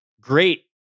great